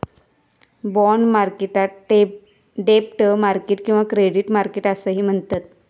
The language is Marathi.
बाँड मार्केटाक डेब्ट मार्केट किंवा क्रेडिट मार्केट असाही म्हणतत